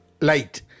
light